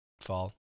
fall